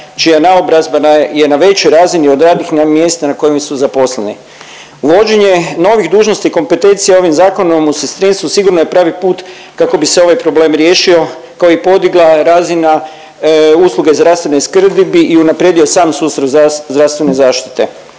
čija naobrazba je na većoj razini od radnih mjesta na kojem su zaposleni. Uvođenje novih dužnosti kompetencija ovim Zakonom o sestrinstvu sigurno je pravi put kako bi se ovaj problem riješio kao i podigla razina usluge zdravstvene skrbi bi i unaprijedio sam sustav zdravstvene zaštite.